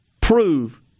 prove